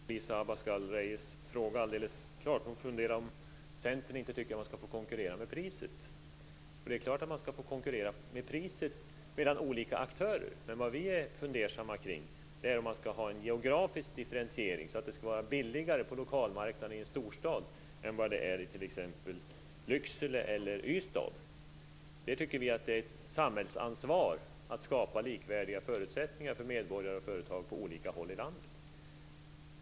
Herr talman! Jag är inte helt säker på att Elisa Abascal Reyes fråga är alldeles klar. Hon funderade över om Centern inte tycker att man skall få konkurrera med priset. Det är klart att olika aktörer skall få konkurrera med priset. Men vad vi är fundersamma över är om man skall ha en geografisk differentiering, så att det skall vara billigare på lokalmarknaden i en storstad än vad det är i t.ex. Lycksele eller Ystad. Vi tycker att det är ett samhällsansvar att skapa likvärdiga förutsättningar för medborgare och företag på olika håll i landet.